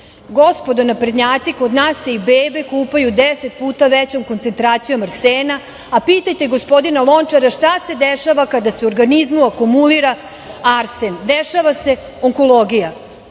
Gospodo naprednjaci, kod nas se i bebe kupaju deset puta većom koncentracijom arsena, a pitajte gospodina Lončara šta se dešava kada se u organizmu akumulira arsen. Dešava se onkologija. Gospođo